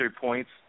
points